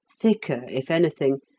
thicker, if anything,